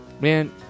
man